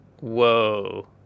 Whoa